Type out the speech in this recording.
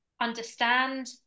understand